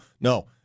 No